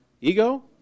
Ego